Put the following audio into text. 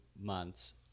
months